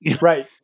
Right